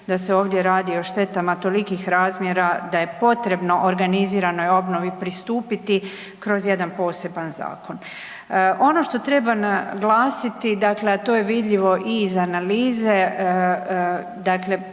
da se ovdje radi o štetama tolikih razmjera da je potrebno organiziranoj obnovi pristupiti kroz jedan poseban zakon. Ono što treba naglasiti, dakle, a to je vidljivo i iz analize, dakle